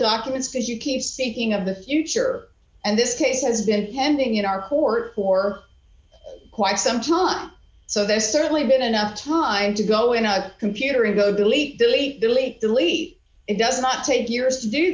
documents as you keep speaking of the future and this case has been pending in our court who are quite some time so there's certainly been enough time to go into a computer and go delete delete delete delete it doesn't take years to do